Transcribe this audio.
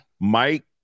Mike